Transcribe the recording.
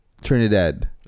Trinidad